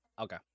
Okay